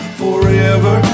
forever